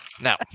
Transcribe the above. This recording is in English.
Now